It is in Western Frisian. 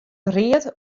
read